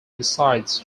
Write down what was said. besides